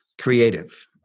creative